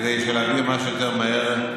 כדי שנעביר כמה שיותר מהר,